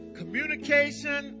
communication